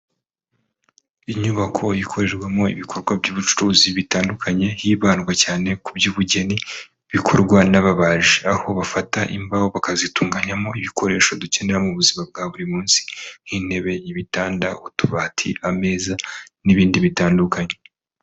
Inyubako ikorerwamo ibikorwa by'ubucuruzi bitandukanye hibandwa cyane ku by'ubugeni bikorwa n'ababaji, aho bafata imbaho bakazitunganyamo ibikoresho dukenera mu buzima bwa buri munsi nk'intebe, ibitanda, utubati, ameza n'ibindi bitandukanye.